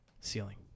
ceiling